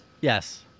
Yes